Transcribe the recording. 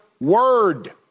word